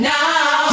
Now